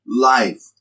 life